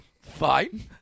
fine